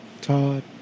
Todd